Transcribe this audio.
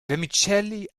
vermicelli